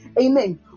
Amen